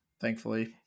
thankfully